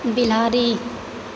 बिलाड़ि